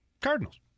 Cardinals